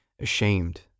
ashamed